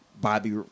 Bobby